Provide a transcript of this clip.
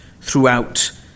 throughout